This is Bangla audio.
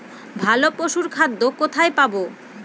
ভালো পশুর খাদ্য কোথায় পাবো?